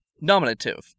Nominative